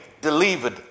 delivered